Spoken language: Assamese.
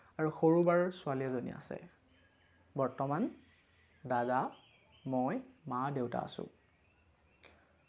আৰু সৰু বাৰো ছোৱালী এজনী আছে বৰ্তমান দাদা মই মা দেউতা আছোঁ